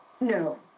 No